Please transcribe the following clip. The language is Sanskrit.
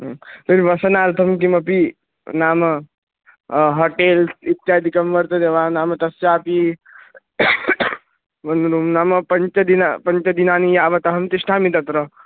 तर्हि वसनार्थं किमपि नाम होटेल्स् इत्यादिकं वर्तते वा नाम तस्यापि नाम पञ्चदिन पञ्चदिनानि यावत् अहं तिष्ठामि तत्र